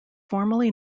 formally